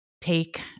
take